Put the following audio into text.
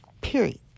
Period